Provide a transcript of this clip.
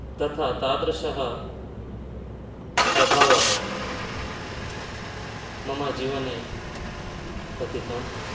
तथा तादृशः प्रभावः मम जीवने पतितम्